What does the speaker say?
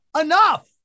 enough